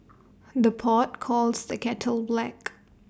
the pot calls the kettle black